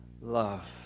love